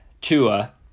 Tua